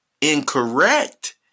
incorrect